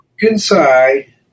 inside